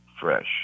fresh